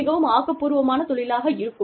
இது மிகவும் ஆக்கப்பூர்வமான தொழிலாக இருக்கும்